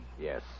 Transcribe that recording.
Yes